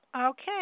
Okay